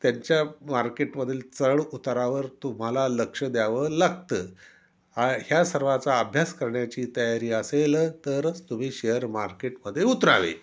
त्यांच्या मार्केटमधील चढ उतारावर तुम्हाला लक्ष द्यावं लागतं आ ह्या सर्वाचा अभ्यास करण्याची तयारी असेल तरच तुम्ही शेअर मार्केटमध्ये उतरावे